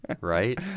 Right